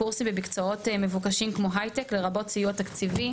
במקצועות מבוקשים כמו הייטק, לרבות סיוע תקציבי.